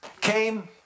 came